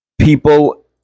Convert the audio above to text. people